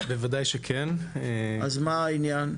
אז מה העניין?